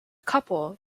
couple